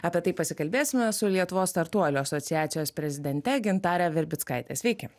apie tai pasikalbėsime su lietuvos startuolių asociacijos prezidente gintare verbickaite sveiki